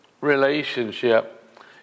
relationship